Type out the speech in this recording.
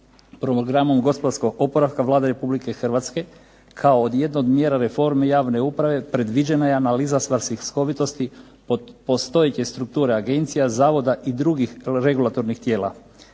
Programom gospodarskog oporavka Vlada Republike Hrvatske kao jedna od mjera reforme javne uprave predviđena je analiza svrsishovitosti postojeće strukture agencija, zavoda i drugih regulatornih tijela.